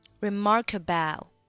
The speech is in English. remarkable